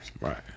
Right